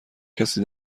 کسی